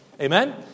Amen